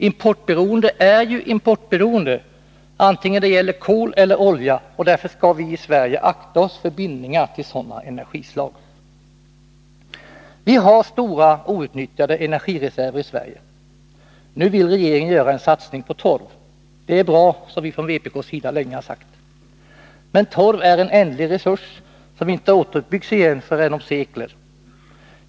Importberoende är importberoende vare sig det gäller kol eller olja, och därför skall vi i Sverige akta oss för bindningar till sådana energislag. Vi har stora outnyttjade energireserver i Sverige. Nu vill regeringen göra en satsning på torv. Det är bra, vilket vi från vpk:s sida länge har sagt. Men torv är en ändlig resurs som inte återuppbyggs igen förrän om sekler.